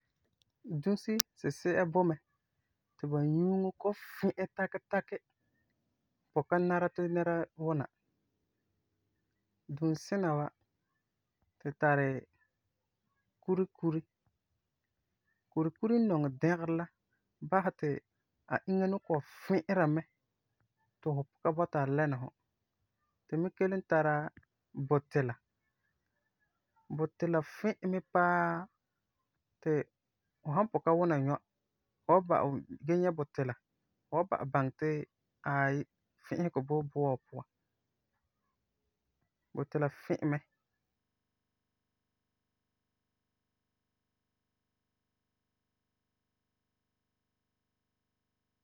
Dusi sisi'a boi mɛ ti bu yuuŋo kɔ'ɔm fi'ɛ taki taki pugum ka nara ti nɛra wuna. Dunsina wa tu tari kurikuri. Kurikuri n nɔŋɛ dɛgerɔ la basɛ ti a inya ni kɔ'ɔm fi'ira mɛ ti fu pugum ka bɔta a lɛna fu. Tu me kelum tara butila. Butila fi'ɛ mɛ paa ti fu san pugum ka wuna nyɔa, fu wan ba'am, gee nyɛ butila fu wan ba'am baŋɛ ti aayi fi'isegɔ boi bua wa puan. Butila fi'ɛ mɛ.